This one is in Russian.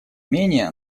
менее